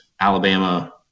Alabama